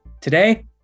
Today